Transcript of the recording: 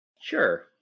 sure